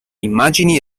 immagini